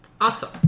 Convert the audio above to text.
Awesome